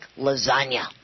lasagna